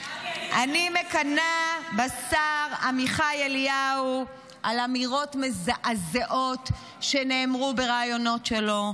אני מקנאה בשר עמיחי אליהו על אמירות מזעזעות שנאמרו בראיונות שלו,